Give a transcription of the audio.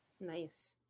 Nice